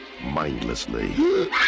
mindlessly